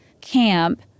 camp